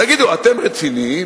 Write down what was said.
תגידו, אתם רציניים?